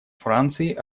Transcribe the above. франции